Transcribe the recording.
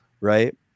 right